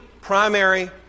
primary